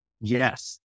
yes